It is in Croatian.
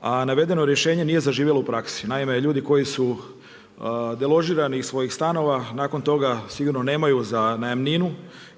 a navedeno rješenje nije zaživjelo u praksi. Naime, ljudi koji su deložirani iz svojih stanova, nakon toga sigurno nemaju za najamninu,